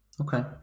okay